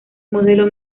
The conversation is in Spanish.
modelo